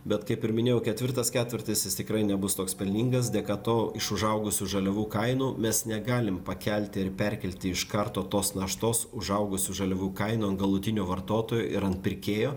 bet kaip ir minėjau ketvirtas ketvirtis jis tikrai nebus toks pelningas dėka to iš užaugusių žaliavų kainų mes negalim pakelti ir perkelti iš karto tos naštos užaugusių žaliavų kainų ant galutinio vartotojo ir ant pirkėjo